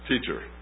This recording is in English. teacher